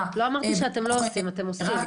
אנחנו אמונים על אותו הדבר.